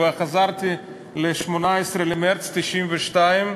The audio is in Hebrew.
וחזרתי ל-18 במרס 1992,